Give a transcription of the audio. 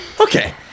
Okay